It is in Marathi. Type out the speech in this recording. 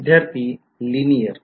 विध्यार्थी लिनियर